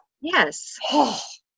yes